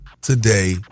today